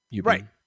Right